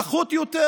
נחות יותר?